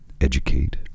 educate